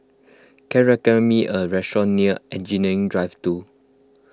can recommend me a restaurant near Engineering Drive two